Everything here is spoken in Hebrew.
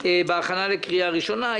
בהכנה לקריאה ראשונה.